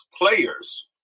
players